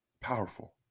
powerful